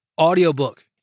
audiobook